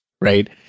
right